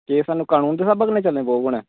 ते केह् हून स्हानू कानून दे स्हाब कन्नै चलना पौग